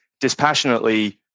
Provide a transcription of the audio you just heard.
dispassionately